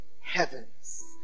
heavens